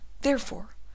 Therefore